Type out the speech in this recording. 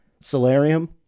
solarium